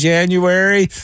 January